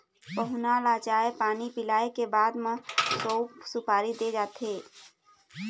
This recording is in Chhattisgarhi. पहुना ल चाय पानी पिलाए के बाद म सउफ, सुपारी दे जाथे